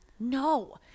no